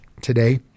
today